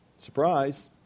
surprise